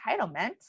entitlement